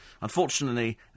Unfortunately